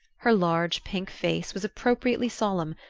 her large pink face was appropriately solemn,